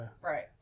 Right